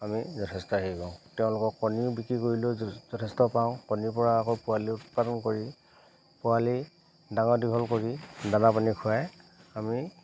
আমি যথেষ্ট হেৰি কৰোঁ তেওঁলোকৰ কণীও বিক্ৰী কৰিলেও যথেষ্ট পাওঁ কণীৰ পৰা আকৌ পোৱালি উৎপাদন কৰি পোৱালি ডাঙৰ দীঘল কৰি দানা পানী খুৱাই আমি